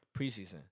preseason